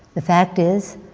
the fact is,